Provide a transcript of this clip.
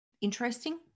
interesting